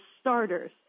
starters